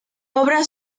obra